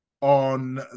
On